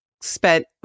spent